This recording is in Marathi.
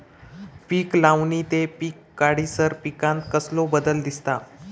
पीक लावणी ते पीक काढीसर पिकांत कसलो बदल दिसता?